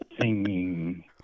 Singing